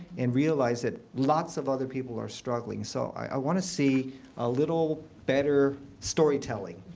and realize that lots of other people are struggling. so i want to see a little better storytelling,